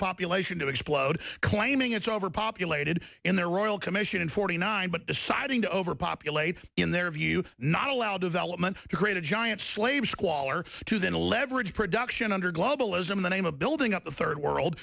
population to explode claiming it's overpopulated in the royal commission in forty nine but deciding to overpopulate in their view not allow development to create a giant slave squalor to then leverage production under globalism the name of building up the third world